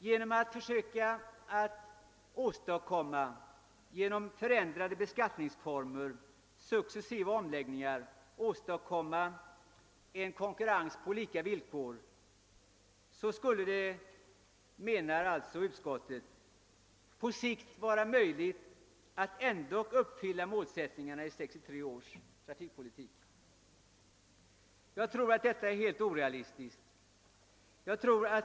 Genom att med ändrade beskattningsformer och andra tillämpningar successivt försöka åstadkomma konkurrens på lika villkor menar utskottet att det på sikt skulle vara möjligt att ändå uppfylla målsättningarna i 1963 års trafikpolitik. Detta tror jag är helt orealistiskt.